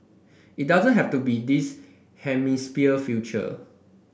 it doesn't have to be this hemisphere future